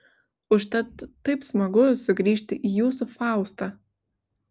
užtat taip smagu sugrįžti į jūsų faustą